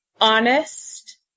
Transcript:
honest